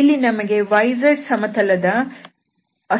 ಇಲ್ಲಿ ನಮಗೆ yz